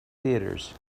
theatres